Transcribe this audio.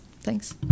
Thanks